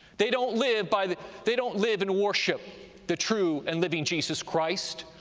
they don't live by the, they don't live and worship the true and living jesus christ,